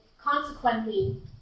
consequently